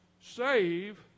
save